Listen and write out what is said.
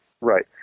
Right